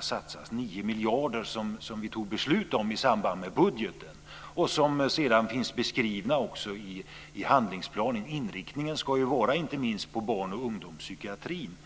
satsas. Det gäller de 9 miljarder som vi tog beslut om i samband med budgeten. Det finns också beskrivet i handlingsplanen. Inriktningen ska ju inte minst vara på barn och ungdomspsykiatrin.